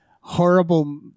horrible